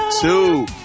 two